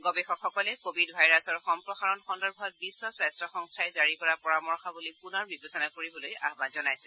গৱেষকসকলে কোৱিড ভাইৰাছৰ সম্প্ৰসাৰণ সন্দৰ্ভত বিশ্ব স্বাস্থ্য সংস্থাই জাৰি কৰা পৰামৰ্শাৱলী পুনৰ বিবেচনা কৰিবলৈ আয়ন জনাইছে